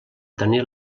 tenir